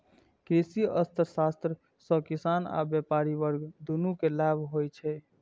कृषि अर्थशास्त्र सं किसान आ व्यापारी वर्ग, दुनू कें लाभ होइ छै